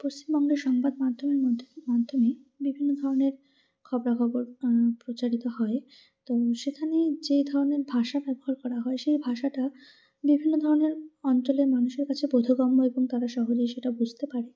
পশ্চিমবঙ্গের সংবাদ মাধ্যমের মধ্য মাধ্যমে বিভিন্ন ধরনের খবরাখবর প্রচারিত হয় তো সেখানে যে ধরনের ভাষা ব্যবহার করা হয় সেই ভাষাটা বিভিন্ন ধরনের অঞ্চলের মানুষের কাছে বোধগম্য এবং তারা সহজেই সেটা বুঝতে পারে